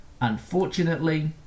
unfortunately